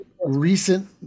recent